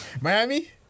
Miami